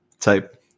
type